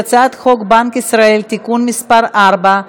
ההצעה להעביר את הצעת חוק בנק ישראל (תיקון מס' 4)